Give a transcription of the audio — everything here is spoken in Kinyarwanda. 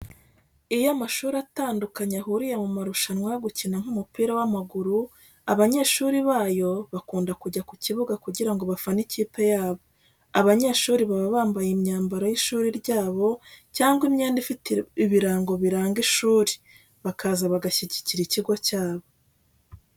Iyo amashuri atandukanye ahuriye mu marushanwa yo gukina nk'umupira w'amaguru, abanyeshuri bayo bakunda kujya ku kibuga kugira ngo bafane ikipe yabo. Abanyeshuri baba bambaye imyambaro y'ishuri ryabo cyangwa imyenda ifite ibirango biranga ishuri, bakaza bagashyigikira ikigo cyabo.